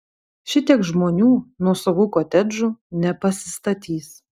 šitiek žmonių nuosavų kotedžų nepasistatys